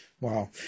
Wow